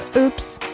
oops!